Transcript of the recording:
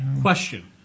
Question